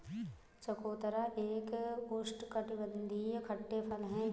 चकोतरा एक उष्णकटिबंधीय खट्टे फल है